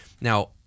Now